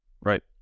Right